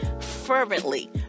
fervently